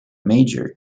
major